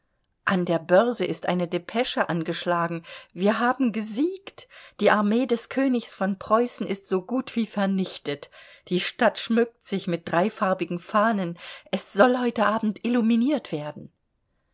an der börse ist eine depesche angeschlagen wir haben gesiegt die armee des königs von preußen ist so gut wie vernichtet die stadt schmückt sich mit dreifarbigen fahnen es soll heute abend illuminiert werden